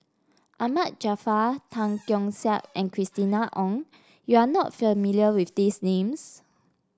Ahmad Jaafar Tan Keong Saik and Christina Ong you are not familiar with these names